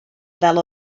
fel